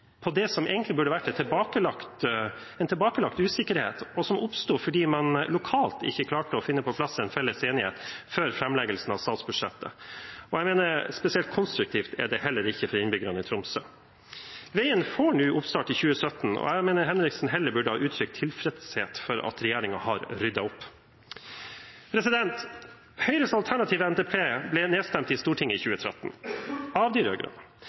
på det som egentlig burde vært en tilbakelagt usikkerhet, og som oppsto fordi man lokalt ikke klarte å få på plass en felles enighet før framleggelsen av statsbudsjettet. Spesielt konstruktivt er det heller ikke for innbyggerne i Tromsø. Veien får sin oppstart i 2017, og jeg mener at Martin Henriksen heller burde uttrykt tilfredshet med at regjeringen har ryddet opp. Høyres alternative NTP ble nedstemt i Stortinget i 2013 – av de